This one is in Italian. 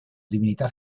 divinità